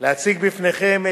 להציג בפניכם,